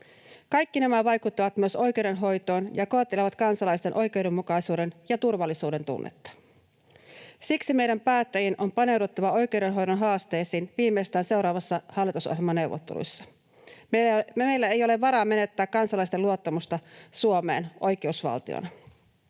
Kaikki nämä vaikuttavat myös oikeudenhoitoon ja koettelevat kansalaisten oikeudenmukaisuuden ja turvallisuuden tunnetta. Siksi meidän päättäjien on paneuduttava oikeudenhoidon haasteisiin viimeistään seuraavissa hallitusohjelmaneuvotteluissa. Meillä ei ole varaa menettää kansalaisten luottamusta Suomeen oikeusvaltiona.